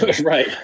Right